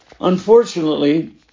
Unfortunately